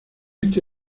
este